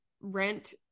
rent